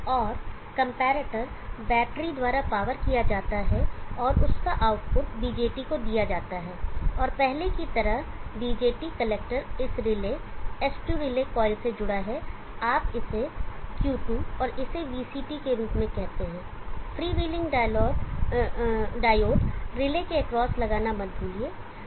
और comparator battery द्वारा power किया जाता है और उस का आउटपुट BJT को दिया जाता है और पहले कि तरह BJT कलेक्टर इस रिले S2 रिले कॉइल से जुड़ा है और आप इसे Q2 और इसे Vc2 के रूप में कहते हैं फ्रीव्हेलिंग डायोड रिले के एक्रॉस लगाना मत भूलिए